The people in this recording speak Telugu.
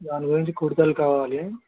దాని గురించి కుర్తాలు కావాలి